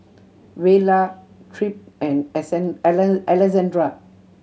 Vela Tripp and Alessandra